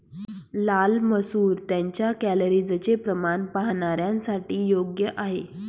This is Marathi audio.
लाल मसूर त्यांच्या कॅलरीजचे प्रमाण पाहणाऱ्यांसाठी योग्य आहे